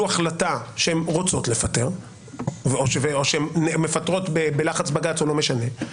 החלטה שהן רוצות לפטר או שהן מפטרות בלחץ בג"צ או לא משנה,